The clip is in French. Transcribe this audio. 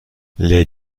les